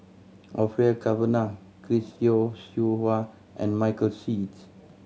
Orfeur Cavenagh Chris Yeo Siew Hua and Michael Seet